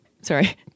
Sorry